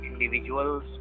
individuals